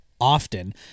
often